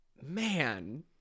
man